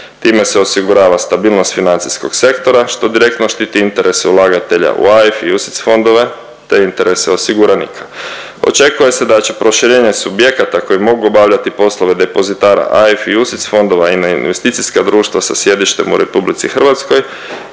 Time se osigurava stabilnost financijskog sektora što direktno štiti interes ulagatelja u AIF i UCTIS fondove te interese osiguranika. Očekuje se da će proširenje subjekata koji mogu obavljati poslove depozitara AIF i UCTIS fondova i na investicijska društva sa sjedištem u RH imati